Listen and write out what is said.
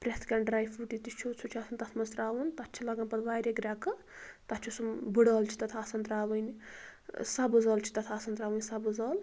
پرٛیٚتھ کانٛہہ dry fruit یہِ تہِ چھُ سُہ چھُ آسان تتھ منٛز ترٛاوُن تتھ چھِ لگان پتہٕ واریاہ گرٛیٚکہٕ تتھ چھُ سُہ بٕڑ ٲلہٕ چھِ تتھ آسان ترٛاوٕنۍ ٲں سبٕز ٲلہٕ چھِ تتھ آسان ترٛاوٕنۍ سبٕز ٲلہٕ